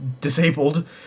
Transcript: disabled